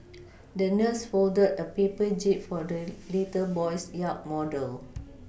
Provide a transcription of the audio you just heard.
the nurse folded a paper jib for the little boy's yacht model